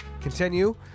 continue